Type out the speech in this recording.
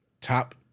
top